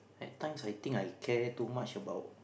at times I think I care too much about